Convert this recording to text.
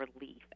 relief